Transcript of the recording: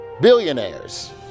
Billionaires